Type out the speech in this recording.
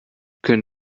können